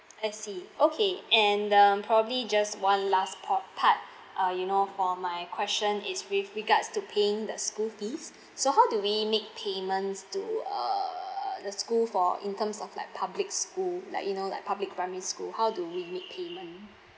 I see okay and um probably just one last pa~ part uh you know for my question is with regards to paying the school fees so how do we make payments to uh the school for in terms of like public school like you know like public primary school how do we make payment